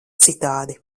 citādi